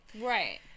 Right